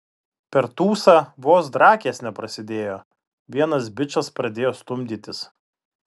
per tūsą vos drakės neprasidėjo vienas bičas pradėjo stumdytis